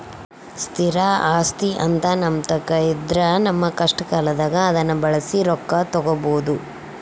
ಸ್ಥಿರ ಆಸ್ತಿಅಂತ ನಮ್ಮತಾಕ ಇದ್ರ ನಮ್ಮ ಕಷ್ಟಕಾಲದಾಗ ಅದ್ನ ಬಳಸಿ ರೊಕ್ಕ ತಗಬೋದು